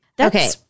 Okay